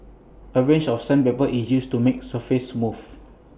A range of sandpaper is used to make surface smooth